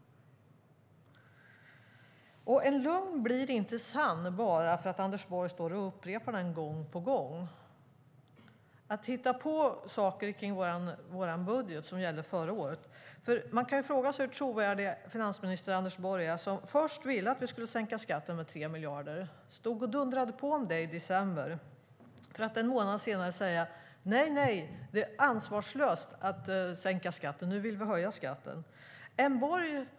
En lögn blir inte sann bara för att Anders Borg står och upprepar den gång på gång. Han hittar på saker om vår budget som gällde förra året. Man kan fråga sig hur trovärdig finansminister Anders Borg är när han först ville att vi skulle sänka skatten med 3 miljarder - han stod och dundrade på om det i december - för att en månad senare säga: Nej, nej - det är ansvarslöst att sänka skatten. Nu vill vi höja skatten!